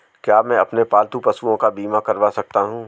क्या मैं अपने पालतू पशुओं का बीमा करवा सकता हूं?